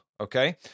Okay